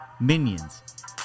minions